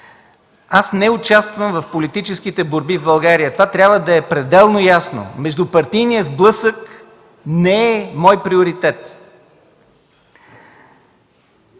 не участвам в политическите борби в България. Това трябва да е пределно ясно. Междупартийният сблъсък не е мой приоритет!